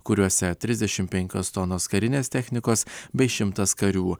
kuriuose trisdešimt penkios tonos karinės technikos bei šimtas karių